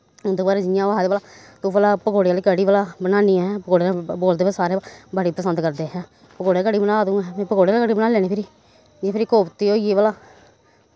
उं'दे घर जि'यां ओह् आखदे भला तूं भला पकौड़ें आह्ली कढ़ी भला बनान्नी अहें पकौड़ें बोलदे ब सारे बड़ी पसंद करदे अहें पकौड़ें आह्ली कढ़ी बना तू अहें में पकौड़ें आह्ली कढ़ी बनाई लैन्नी फिरी इ'यां फिरी कोफते होई गे भला